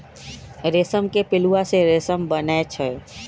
रेशम के पिलुआ से रेशम बनै छै